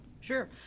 Sure